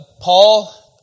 Paul